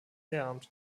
lehramt